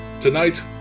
Tonight